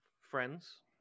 friends